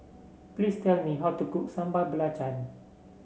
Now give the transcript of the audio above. please tell me how to cook Sambal Belacan